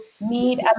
need